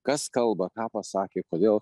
kas kalba ką pasakė kodėl